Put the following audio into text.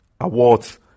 awards